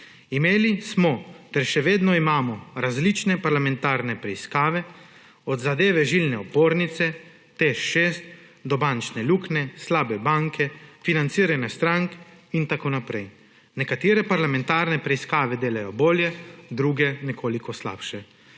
Imeli smo ter še vedno imamo različne parlamentarne preiskave, od zadeve žilne opornice, TEŠ 6, bančne luknje, slabe banke, financiranja strank in tako naprej. Nekatere parlamentarne preiskave delajo bolje, druge nekoliko slabše.